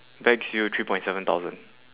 bags you three point seven thousand